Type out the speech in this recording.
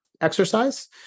exercise